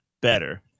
better